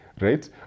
right